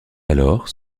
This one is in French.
alors